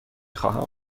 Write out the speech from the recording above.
خواهم